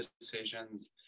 decisions